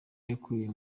yakuye